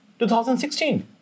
2016